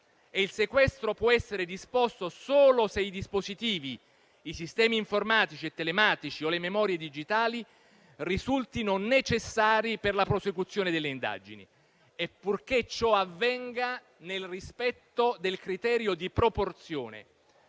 Il sequestro può essere disposto solo se i dispositivi, i sistemi informatici e telematici o le memorie digitali risultino necessari per la prosecuzione delle indagini e purché ciò avvenga nel rispetto del criterio di proporzione.